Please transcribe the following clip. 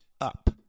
up